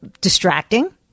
distracting